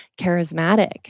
charismatic